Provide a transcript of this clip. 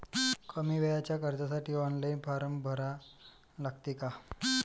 कमी वेळेच्या कर्जासाठी ऑनलाईन फारम भरा लागते का?